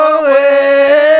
away